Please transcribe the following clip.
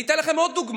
אני אתן לכם עוד דוגמה: